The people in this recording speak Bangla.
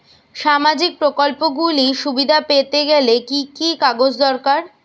সামাজীক প্রকল্পগুলি সুবিধা পেতে গেলে কি কি কাগজ দরকার?